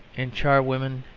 in charwomen,